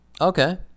Okay